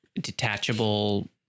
detachable